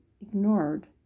ignored